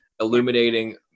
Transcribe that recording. illuminating